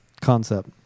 concept